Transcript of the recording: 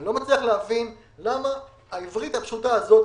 אני לא מצליח להבין למה העברית הפשוטה הזאת